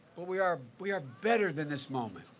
but we are we are better than this moment.